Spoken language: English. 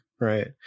right